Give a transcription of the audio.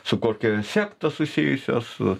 su kokia sekta susijusios su